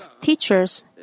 teachers